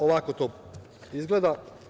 Ovako to izgleda.